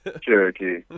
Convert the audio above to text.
Cherokee